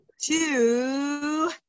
two